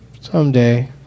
Someday